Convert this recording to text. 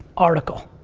article.